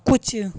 کچھ